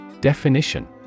Definition